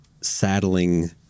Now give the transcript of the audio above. saddling